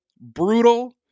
brutal